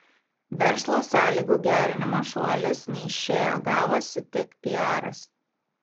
verslo sąlygų gerinimo šuolis neišėjo gavosi tik piaras